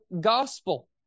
gospel